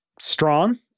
strong